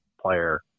player